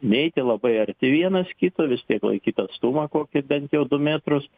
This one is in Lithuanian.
neiti labai arti vienas kito vis tiek laikyt atstumą kokį bent jau du metrus